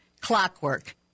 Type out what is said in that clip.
Clockwork